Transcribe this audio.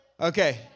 Okay